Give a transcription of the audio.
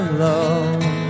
love